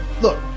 look